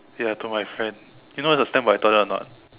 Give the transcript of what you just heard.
ya to my friends you know what's a stand by toilet or not